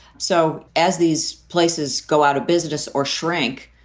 so as these places go out of business or shrink,